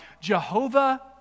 Jehovah